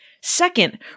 Second